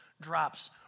drops